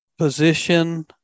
position